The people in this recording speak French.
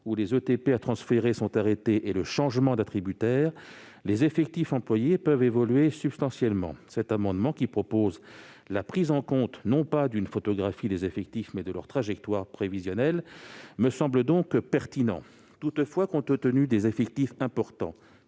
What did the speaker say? salariés à transférer est arrêté et le changement d'attributaire, les effectifs employés peuvent évoluer substantiellement. Cet amendement, qui vise à prendre en compte non pas une photographie des effectifs, mais leur trajectoire prévisionnelle, me semble donc pertinent. Toutefois, compte tenu des effectifs importants